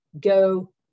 go